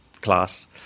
Class